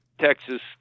Texas